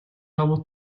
давуу